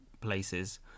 places